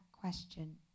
question